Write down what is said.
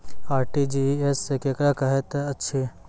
RTGS केकरा कहैत अछि?